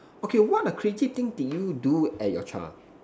okay what a crazy thing did you do at your child